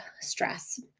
stress